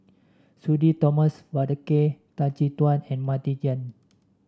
Sudhir Thomas Vadaketh Tan Chin Tuan and Martin Yan